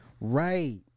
Right